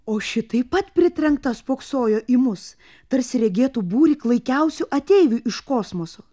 o ši taip pat pritrenkta spoksojo į mus tarsi regėtų būrį klaikiausių ateivių iš kosmoso